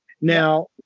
Now